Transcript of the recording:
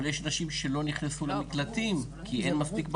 אבל יש נשים שלא נכנסו למקלטים כי אין מספיק מקום.